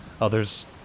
Others